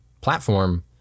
platform